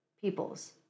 peoples